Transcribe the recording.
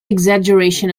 exaggeration